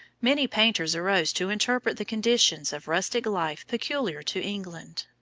many painters arose to interpret the conditions of rustic life peculiar to england.